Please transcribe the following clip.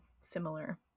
similar